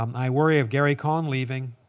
um i worry of gary cohn leaving